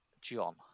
John